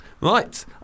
Right